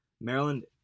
Maryland